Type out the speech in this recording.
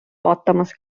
vaatamas